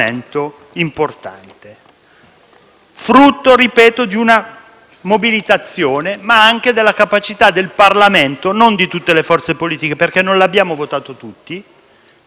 frutto - ripeto - di una mobilitazione, ma anche della capacità del Parlamento - anche se non di tutte le forze politiche, perché non l'abbiamo votato tutti quel provvedimento